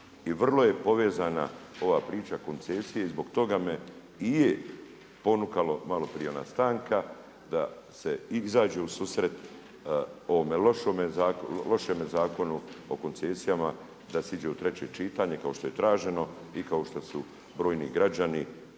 I vrlo je povezana ova priča koncesije i zbog toga me i je ponukalo malo prije ona stanka da se izađe u susret ovome lošemu Zakonu o koncesijama, da se ide u treće čitanje kao što je traženo i kao što su brojni građani,